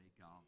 God